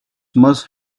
must